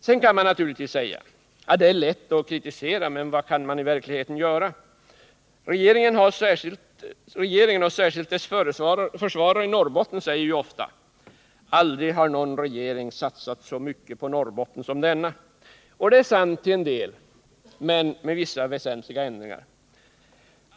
Sedan kan man naturligtvis säga: Det är lätt att kritisera, men vad kan man i verkligheten göra? Regeringen och särskilt dess försvarare i Norrbotten säger ju ofta: Aldrig har någon regering satsat så mycket på Norrbotten som denna. Det är sant till en del, men med vissa väsentliga ändringar.